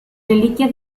reliquias